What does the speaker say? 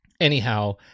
Anyhow